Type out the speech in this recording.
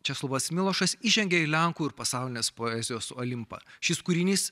česlovas milošas įžengia į lenkų ir pasaulinės poezijos olimpą šis kūrinys